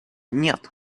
нет